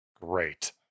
Great